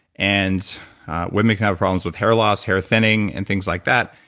and women can have problems with hair loss, hair thinning and things like that.